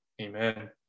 Amen